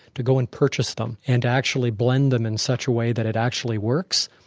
to go and purchase them, and actually blend them in such a way that it actually works,